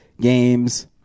games